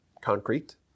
concrete